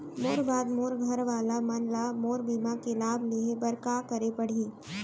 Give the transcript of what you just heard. मोर बाद मोर घर वाला मन ला मोर बीमा के लाभ लेहे बर का करे पड़ही?